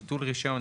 ביטול רישיון,